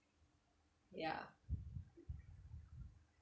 ya